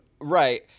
Right